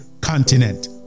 continent